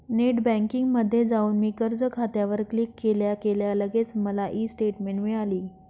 net बँकिंगमध्ये जाऊन मी कर्ज खात्यावर क्लिक केल्या केल्या लगेच मला ई स्टेटमेंट मिळाली